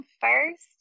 first